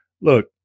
look